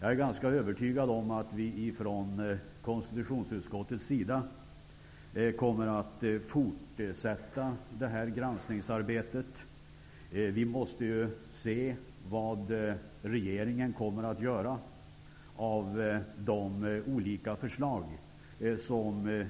Jag är ganska övertygad om att vi ifrån konstitutionsutskottets sida kommer att fortsätta detta granskningsarbete. Vi måste ju se vad regeringen kommer att göra av de olika förslag som